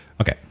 okay